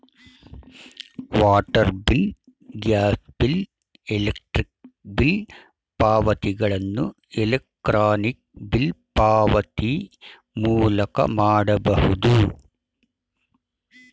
water bill, gas bill, electric bill ಪಾವತಿಗಳನ್ನು electronic bill ಪಾವತಿ ಮೂಲಕ ಮಾಡಬಹುದು